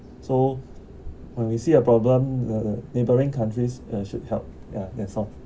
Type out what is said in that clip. so when we see a problem uh neighbouring countries uh should help yeah that's all